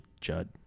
Judd